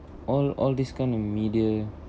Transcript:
all all this kind of media